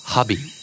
Hobby